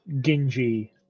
Genji